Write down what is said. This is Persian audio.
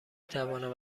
توانم